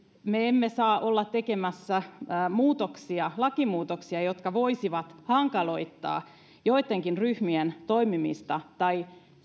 me emme saa olla tekemässä lakimuutoksia jotka voisivat hankaloittaa joittenkin ryhmien toimimista tai